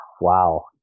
wow